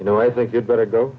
you know i think you'd better go